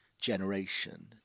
generation